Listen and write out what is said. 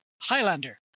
Highlander